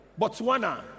Botswana